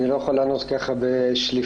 אני לא יכול לענות ככה בשליפה.